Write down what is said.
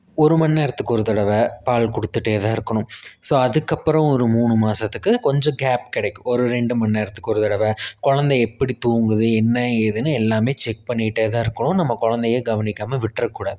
ஒரு மணிநேரத்துக்கு ஒரு தடவை பால் கொடுத்துட்டே தான் இருக்கணும் ஸோ அதுக்கப்புறம் ஒரு மூணு மாதத்துக்கு கொஞ்சம் கேப் கிடைக்கும் ஒரு ரெண்டு மணிநேரத்துக்கு ஒரு தடவை குலந்த எப்படி தூங்குது என்ன ஏதுன்னு எல்லாமே செக் பண்ணிட்டே தான் இருக்கணும் நம்ம குலந்தைய கவனிக்காமல் விட்டுறக்கூடாது